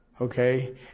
Okay